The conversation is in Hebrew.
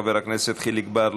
חבר הכנסת חיליק בר,